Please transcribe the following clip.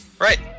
Right